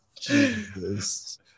Jesus